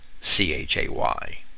C-H-A-Y